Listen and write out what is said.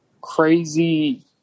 crazy